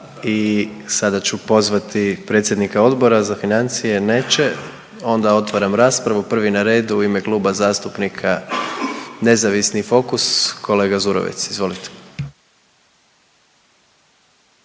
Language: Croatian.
i sada ću pozvati predsjednika Odbora za financije, neće, onda otvaram raspravu, prvi na redu u ime Kluba zastupnika nezavisni i Fokus, kolega Zurovec, izvolite.